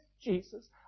Jesus